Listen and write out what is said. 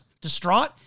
distraught